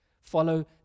follow